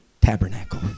Tabernacle